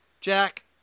Jack